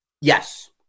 Yes